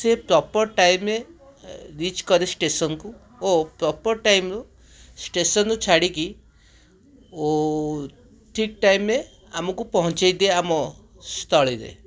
ସେ proper time ରେ reach କରେ ଷ୍ଟେସନ କୁ ଓ ପ୍ରପର ଟାଇମ ରୁ ଷ୍ଟେସନ ରୁ ଛାଡ଼ିକି ଓ ଠିକ୍ ଟାଇମ ରେ ଆମକୁ ପହଞ୍ଚାଇ ଦିଏ ଆମ ସ୍ଥଳୀରେ